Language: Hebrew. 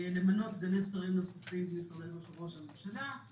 למנות סגני שרים נוספים במשרד ראש הממשלה,